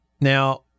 Now